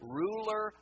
ruler